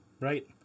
right